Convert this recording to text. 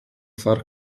far